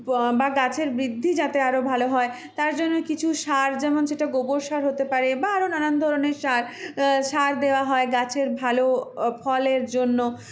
বা গাছের বৃদ্ধি যাতে আরো ভালো হয় তার জন্য কিছু সার যেমন সেটা গোবর সার হতে পারে বা আরো নানান ধরনের সার সার দেওয়া হয় গাছের ভালো ফলের জন্য